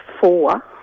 four